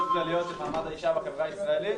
כלליות של מעמד האישה בחברה הישראלית.